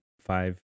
five